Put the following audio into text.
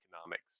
economics